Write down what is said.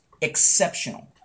exceptional